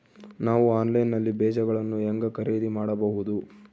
ನಾವು ಆನ್ಲೈನ್ ನಲ್ಲಿ ಬೇಜಗಳನ್ನು ಹೆಂಗ ಖರೇದಿ ಮಾಡಬಹುದು?